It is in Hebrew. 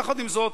יחד עם זאת,